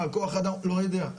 מסווג, כוח אדם, לא יודע.